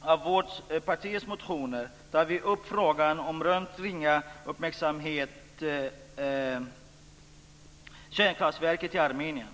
av vårt partis motioner tar vi upp en fråga som rönt ringa uppmärksamhet - kärnkraftverket i Armenien.